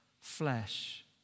flesh